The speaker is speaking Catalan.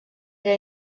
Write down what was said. era